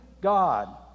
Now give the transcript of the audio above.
God